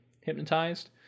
hypnotized